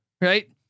right